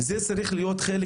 זה צריך להיות חלק